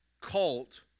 cult